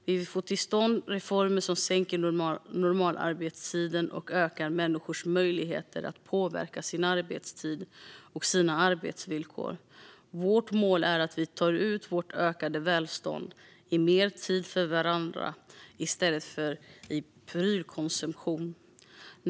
Vi vill få till stånd reformer som sänker normalarbetstiden och ökar människors möjligheter att påverka sin arbetstid och sina arbetsvillkor. Vårt mål är att vi ska ta ut vårt ökade välstånd i mer tid för varandra i stället för i prylkonsumtion.